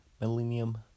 millennium